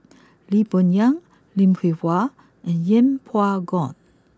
Lee Boon Yang Lim Hwee Hua and Yeng Pway Ngon